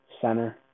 center